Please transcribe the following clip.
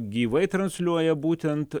gyvai transliuoja būtent